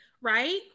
Right